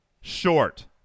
short